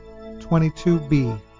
22b